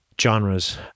genres